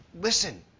Listen